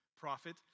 prophet